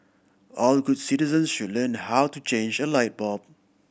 all good citizens should learn how to change a light bulb